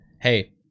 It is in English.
hey